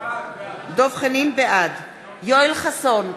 בעד יואל חסון,